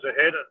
ahead